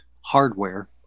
hardware